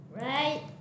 right